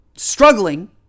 Struggling